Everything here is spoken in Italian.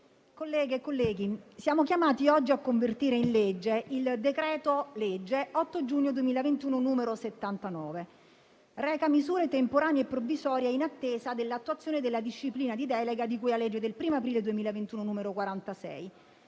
colleghe e colleghi, siamo chiamati oggi a convertire in legge il decreto-legge 8 giugno 2021, n. 79, che reca misure temporanee e provvisorie in attesa dell'attuazione della disciplina di delega di cui alla legge del 1° aprile 2021 n. 46.